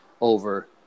over